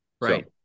Right